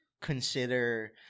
consider